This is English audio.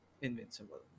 Invincible